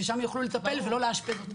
ששם הם יוכלו לטפל ולא לאשפז אותם.